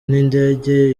n’indege